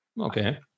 Okay